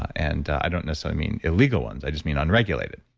and i don't necessarily mean illegal ones, i just mean unregulated.